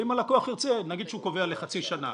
ואם הלקוח ירצה - נגיד שהוא קובע לחצי שנה,